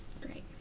Great